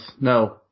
No